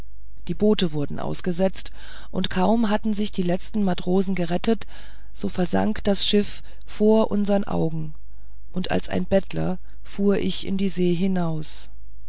die boote wurden ausgesetzt und kaum hatten sich die letzten matrosen gerettet so versank das schiff vor unsern augen und als ein bettler fuhr ich in die see hinaus